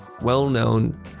well-known